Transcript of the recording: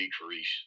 decrease